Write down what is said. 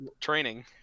Training